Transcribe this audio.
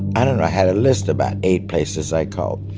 i don't know, i had a list about eight places i called.